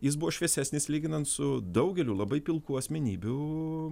jis buvo šviesesnis lyginant su daugeliu labai pilkų asmenybių